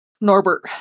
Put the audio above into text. Norbert